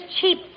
cheap